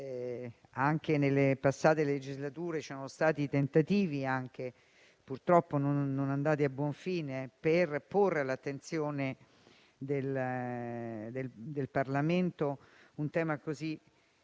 anche nelle passate legislature ci sono stati tentativi, purtroppo non andati a buon fine, di porre all'attenzione del Parlamento il tema dell'insularità,